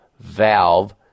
Valve